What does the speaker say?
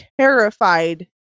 terrified